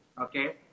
Okay